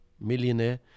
millionaire